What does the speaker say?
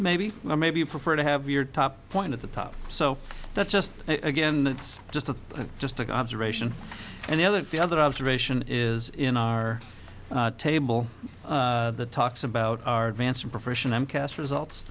maybe maybe you prefer to have your top point at the top so that just again it's just a just like observation and the other the other observation is in our table talks about our advanced profession i'm cast results